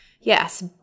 yes